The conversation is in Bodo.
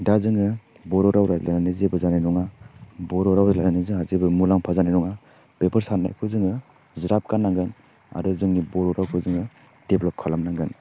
दा जोङो बर' राव रायलायनानै जेबो जानाय नङा बर' राव रायलायनानै जोंहा जेबो मुलाम्फा जानाय नङा बेफोर सान्नायखौ जोङो ज्राब गारनांगोन आरो जोंनि बर' रावखौ जोङो डेभ्लप खालामनांगोन